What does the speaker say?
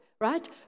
right